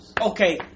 Okay